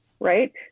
right